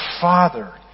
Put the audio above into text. father